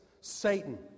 Satan